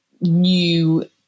new